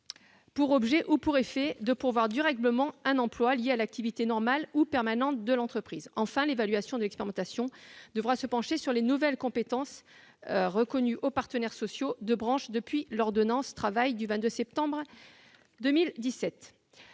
pour objet ou pour effet de pourvoir durablement un emploi lié à l'activité normale ou permanente de l'entreprise. Enfin, l'évaluation de l'expérimentation devra se pencher sur les nouvelles compétences reconnues aux partenaires sociaux de branche depuis l'ordonnance Travail du 22 septembre 2017.